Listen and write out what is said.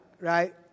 right